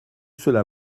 cela